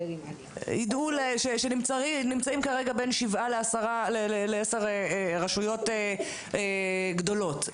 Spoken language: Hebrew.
שנמצאים כרגע בין שבע לעשר רשויות גדולות,